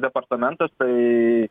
departamentas tai